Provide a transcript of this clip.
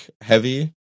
heavy